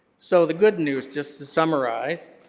so, the good news just to summarize,